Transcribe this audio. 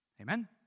Amen